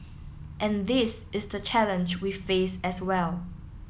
and this is the challenge we face as well